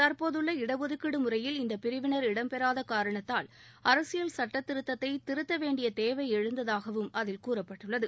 தற்போதுள்ள இடஒதுக்கீடு முறையில் இந்த பிரிவினர் இடம்பெறாத காரணத்தால் அரசியல் சட்டத்திருத்தத்தை திருத்த வேண்டிய தேவை எழுந்ததாகவும் அதில் கூறப்பட்டுள்ளது